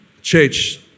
Church